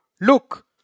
Look